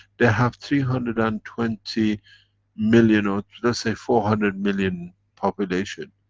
they have three hundred and twenty million, ah let say four hundred million populations.